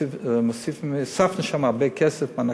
הוספנו לשם הרבה כסף, מענקים,